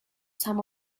some